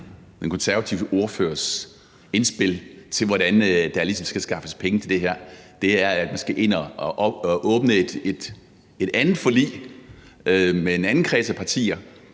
den konservative ordførers indspil til, hvordan der ligesom skal skaffes penge til det her, nemlig at man skal ind og åbne et andet forlig med en anden kreds af partier